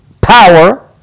power